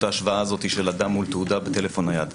ההשוואה הזאת של אדם מול תעודה בטלפון נייד.